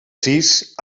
sis